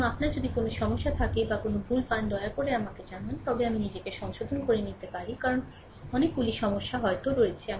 এবং আপনার যদি কোনও সমস্যা থাকে বা কোন ভুল পান দয়া করে আমাকে জানান তবে আমি নিজেকে সংশোধন করতে পারি কারণ অনেকগুলি সমস্যা হয়তো রয়েছে